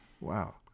Wow